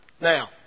Now